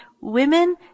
women